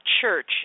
Church